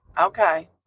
Okay